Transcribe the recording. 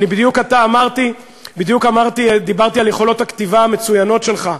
בדיוק דיברתי על יכולות הכתיבה המצוינות שלך,